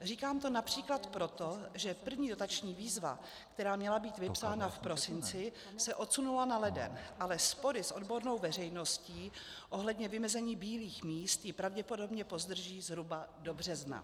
Říkám to například proto, že první dotační výzva, která měla být vypsána v prosinci, se odsunula na leden, ale spory s odbornou veřejností ohledně vymezení bílých míst ji pravděpodobně pozdrží zhruba do března.